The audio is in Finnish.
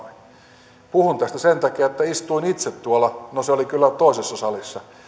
tehdyssä kannanotossa sanoi puhun tästä sen takia että istuin itse tuolla no se oli kyllä toisessa salissa